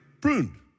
pruned